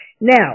now